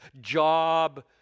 job